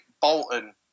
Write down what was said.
Bolton